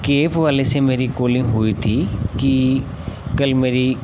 cab वाले से मेरी कॉलिंग हुई थी कि कल मेरी